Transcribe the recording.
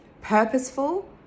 purposeful